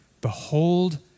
Behold